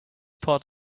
part